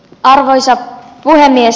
arvoisa puhemies